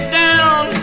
down